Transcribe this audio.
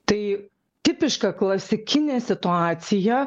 tai tipiška klasikinė situacija